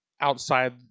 outside